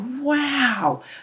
wow